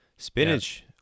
Spinach